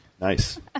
Nice